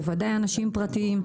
בוודאי אנשים פרטיים,